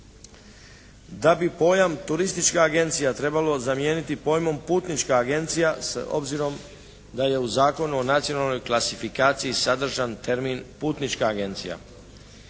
Da bi pojam turistička agencija trebalo zamijeniti pojmom putnička agencija s obzirom da je u Zakonu o nacionalnoj klasifikaciji sadržan termin putnička agencija.